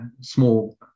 small